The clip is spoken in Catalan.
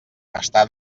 està